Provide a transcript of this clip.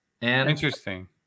Interesting